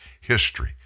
history